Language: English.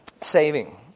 saving